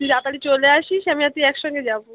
তুই তাড়াতাড়ি চলে আসিস আমি আর তুই এক সঙ্গে যাবো